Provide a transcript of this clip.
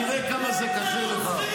תראה כמה זה קשה לך.